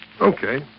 Okay